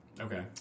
Okay